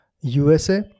USA